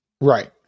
Right